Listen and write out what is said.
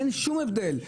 אין שום הבדל,